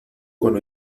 con